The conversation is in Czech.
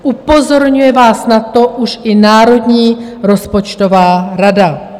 Upozorňuje vás na to už i Národní rozpočtová rada.